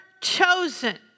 chosen